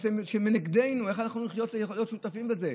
שהם נגדנו, אז איך אנחנו יכולים להיות שותפים בזה?